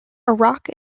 iraq